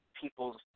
people's